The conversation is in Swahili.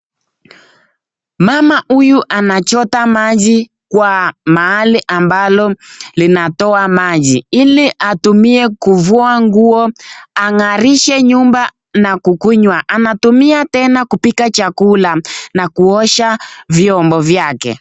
Mama huyu anachota maji kwa mahali ambalo linatoa maji ili atumie kufua nguo ,ang'alishe nyumba na kukunywa, anatumia tena kupika chakula na kuosha viombo vyake.